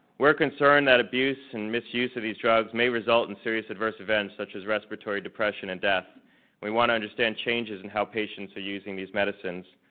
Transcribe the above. we're concerned that abuse and misuse of these drugs may result in serious adverse events such as respiratory depression and death, and we wanna understand changes in how patients are using these medicines.